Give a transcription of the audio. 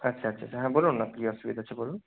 আচ্ছা আচ্ছা হ্যাঁ বলুন না কী অসুবিধা হচ্ছে বলুন